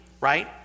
right